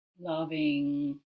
loving